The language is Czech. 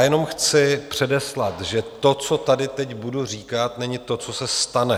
Jenom chci předeslat, že to, co tady teď budu říkat, není to, co se stane.